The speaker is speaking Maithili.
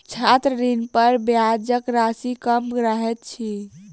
छात्र ऋणपर ब्याजक राशि कम रहैत अछि